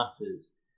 matters